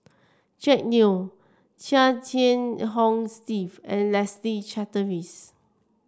Jack Neo Chia Jiah Hong Steve and Leslie Charteris